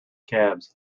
calves